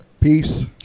Peace